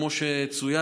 כמו שצוין,